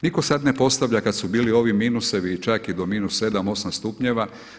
Nitko sad ne postavlja kad su bili ovi minusevi i čak i do minus 7, 8 stupnjeva.